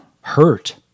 hurt